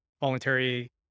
voluntary